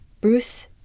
Bruce